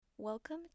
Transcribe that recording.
Welcome